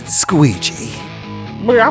squeegee